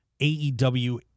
AEW